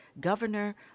governor